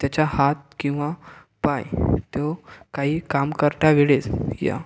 त्याचा हात किंवा पाय तो काही काम करत्या वेळेस या